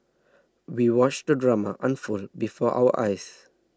we watched the drama unfold before our eyes